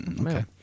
okay